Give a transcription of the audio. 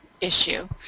issue